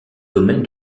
domaine